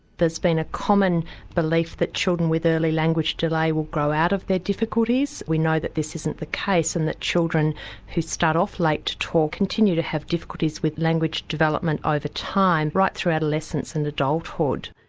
there's been a common belief that children with early language delay will grow out of their difficulties, we know that this isn't the case and that children who start off late to talk continue to have difficulties with language development over time, right through adolescence and adult hood.